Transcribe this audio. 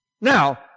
Now